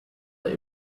that